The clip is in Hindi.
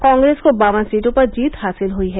कॉग्रेस को बावन सीटों पर जीत हासिल हयी है